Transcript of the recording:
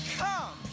come